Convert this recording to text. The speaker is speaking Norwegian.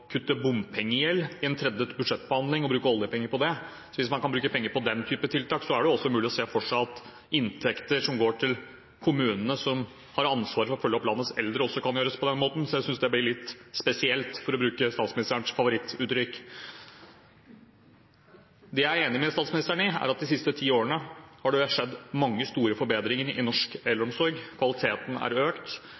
kutte bompengegjeld i en budsjettbehandling og bruke oljepenger på det. Hvis man kan bruke penger på den type tiltak, er det jo også mulig å se for seg at man når det gjelder inntekter som går til kommunene, som har ansvaret for å følge opp landets eldre, også kan gjøre det på den måten, så jeg synes det ble litt spesielt, for å bruke statsministerens favorittuttrykk. Det jeg er enig med statsministeren i, er at de siste ti årene har det skjedd mange store forbedringer i norsk